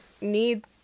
need